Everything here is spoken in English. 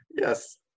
Yes